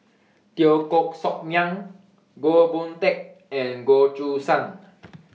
Teo Koh Sock Miang Goh Boon Teck and Goh Choo San